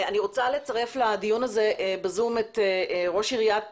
אני רוצה לצרף לדיון הזה ב-זום את ראש עיריית